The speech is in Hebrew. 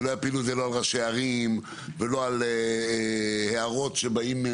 לא הפילו את זה על ראשי ערים ולא על הערות מהשטח.